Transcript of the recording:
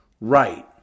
right